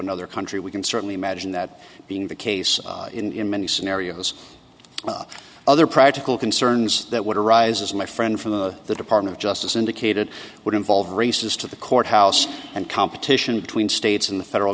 another country we can certainly imagine that being the case in many scenarios other practical concerns that would arise as my friend from the department of justice indicated would involve races to the courthouse and competition between states and the federal